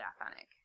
authentic